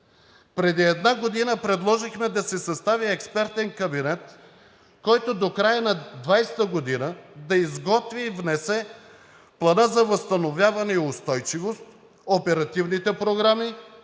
Преди една година предложихме да се състави експертен кабинет, който до края на 2020 г. да изготви и внесе Плана за възстановяване и устойчивост, оперативните програми,